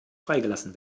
freigelassen